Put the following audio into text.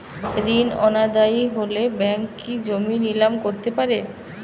ঋণ অনাদায়ি হলে ব্যাঙ্ক কি জমি নিলাম করতে পারে?